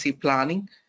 planning